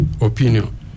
opinion